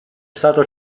stata